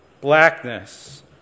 blackness